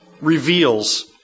reveals